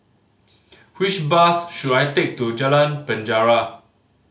which bus should I take to Jalan Penjara